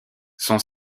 son